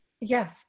Yes